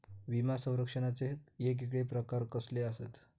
विमा सौरक्षणाचे येगयेगळे प्रकार कसले आसत?